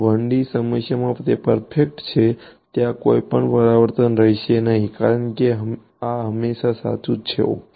1 D સમસ્યામાં તે perfect છે ત્યાં કોઈ પણ પરાવર્તન રહેશે નહીં કારણ કે આ હંમેશા સાચું છે ઓકે